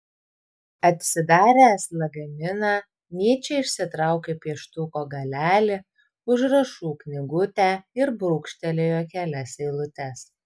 atsidaręs lagaminą nyčė išsitraukė pieštuko galelį užrašų knygutę ir brūkštelėjo kelias eilutes